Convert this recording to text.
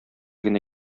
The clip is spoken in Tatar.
генә